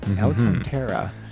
Alcantara